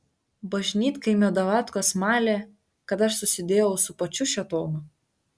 bažnytkaimio davatkos malė kad aš susidėjau su pačiu šėtonu